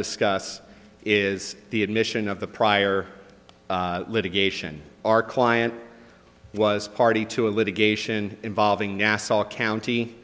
discuss is the admission of the prior litigation our client was party to a litigation involving nassau county